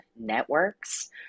networks